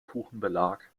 kuchenbelag